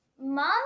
mom